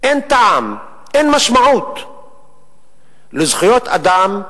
אין טעם, אין משמעות לזכויות אדם,